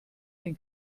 den